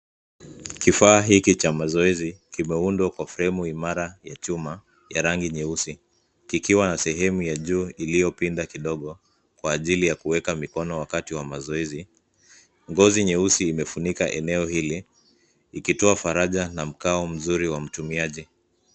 Kifaa hiki cha mazoezi kimeundwa kwa fremu imara ya chuma ya rangi nyeusi, kikiwa na sehemu ya juu iliyopinda kidogo kwa ajili ya kueka mikono wakati wa mazoezi. Ngozi nyeusi imefunika eneo hili ikitoa faraja na mkao mzuri wa mtumiaji.